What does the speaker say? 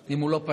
אם הוא לא פנה